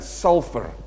sulfur